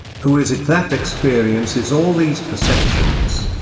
who is it that experiences all these perceptions?